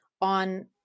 on